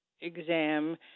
exam